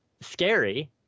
scary